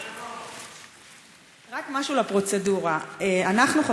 משהו לפרוצדורה: אנחנו,